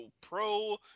pro